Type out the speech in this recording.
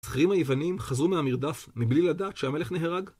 הזכרים היוונים חזרו מהמרדף מבלי לדעת שהמלך נהרג.